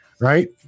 right